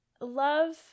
love